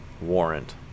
warrant